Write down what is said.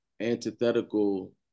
antithetical